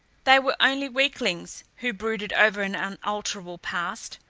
they were only weaklings who brooded over an unalterable past.